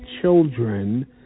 children